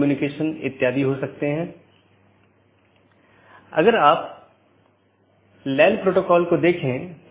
3 अधिसूचना तब होती है जब किसी त्रुटि का पता चलता है